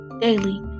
daily